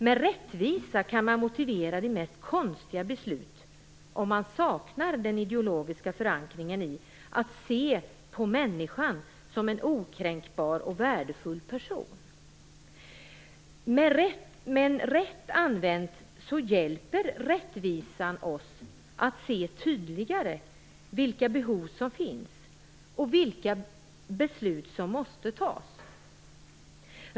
Med rättvisa kan man motivera de mest konstiga beslut om man saknar den ideologiska förankringen i att se på människan som en okränkbar och värdefull person. Men rätt använd hjälper rättvisan oss att se tydligare vilka behov som finns, och vilka beslut som måste tas.